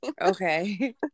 Okay